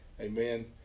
Amen